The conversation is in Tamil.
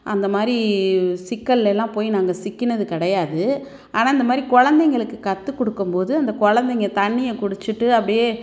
அந்த மாதிரி சிக்கல்லெல்லாம் போய் நாங்கள் சிக்கினது கிடையாது ஆனால் இந்த மாதிரி கொழந்தைங்களுக்கு கற்றுக் கொடுக்கும் போது அந்த கொழந்தைங்க தண்ணியை குடிச்சுட்டு அப்படியே